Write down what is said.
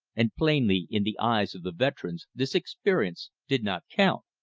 and plainly in the eyes of the veterans this experience did not count.